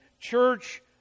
church